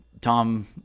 Tom